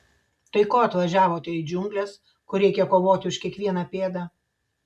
tai ko atvažiavote į džiungles kur reikia kovoti už kiekvieną pėdą